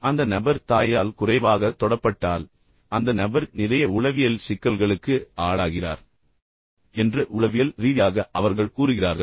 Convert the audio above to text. எனவே அந்த நபர் தாயால் குறைவாகத் தொடப்பட்டால் அந்த நபர் நிறைய உளவியல் சிக்கல்களுக்கு ஆளாகிறார் என்று உளவியல் ரீதியாக அவர்கள் கூறுகிறார்கள்